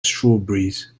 strawberries